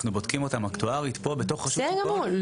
אנחנו בודקים אותם אקטוארית פה בתוך רשות השוק ההון,